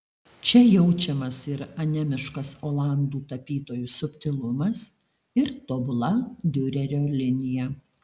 čia jaučiamas ir anemiškas olandų tapytojų subtilumas ir tobula diurerio linija